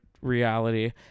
reality